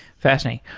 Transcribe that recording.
fascinating.